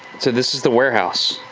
so this is the warehouse.